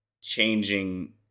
changing